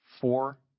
four